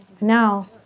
Now